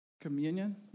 Communion